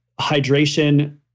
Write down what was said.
Hydration